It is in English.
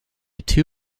two